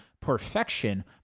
perfection